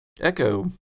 echo